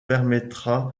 permettra